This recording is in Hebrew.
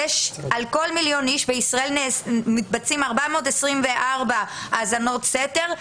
על כל מיליון איש בישראל מתבצעים 424 האזנות סתר,